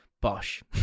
Bosh